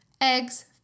eggs